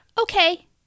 okay